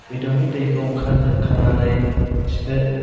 बेदरनि दैखौ ओंखार होखांनानैसो